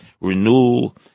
renewal